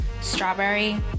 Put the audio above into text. strawberry